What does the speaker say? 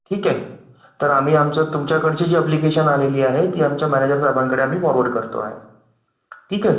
ठीक आहे तर आम्ही आमचं तुमच्याकडची जी अप्लिकेशन आलेली आहे ती आमच्या मॅनेजर साहेबांकडे आम्ही फॉरवर्ड करतो आहे ठीक आहे